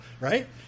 right